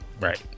Right